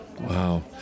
wow